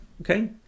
Okay